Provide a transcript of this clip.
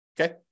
Okay